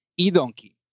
eDonkey